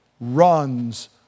runs